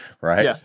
right